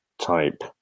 type